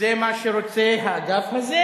זה מה שרוצה האגף הזה,